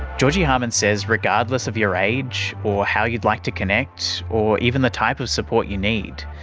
georgie harman says regardless of your age or how you'd like to connect or even the type of support you need,